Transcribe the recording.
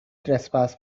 trespass